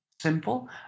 simple